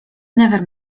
never